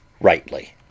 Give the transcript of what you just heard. rightly